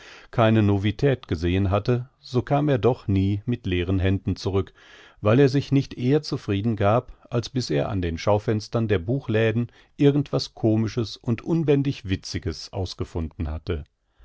keine novität gesehen hatte so kam er doch nie mit leeren händen zurück weil er sich nicht eher zufrieden gab als bis er an den schaufenstern der buchläden irgend was komisches und unbändig witziges ausgefunden hatte